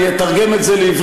אני אתרגם את זה לעברית,